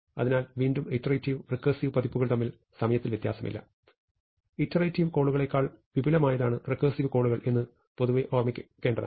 അതിനാൽ വീണ്ടും iterative recursive പതിപ്പുകൾ തമ്മിൽ സമയത്തിൽ വ്യത്യാസമില്ല ഇറ്ററേറ്റിവ് കോളുകളേക്കാൾ വിപുലമായതാണ് റെക്കേർസിവ് കോളുകൾ എന്നത് പൊതുവെ ഓർമ്മിക്കേണ്ടതാണ്